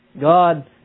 God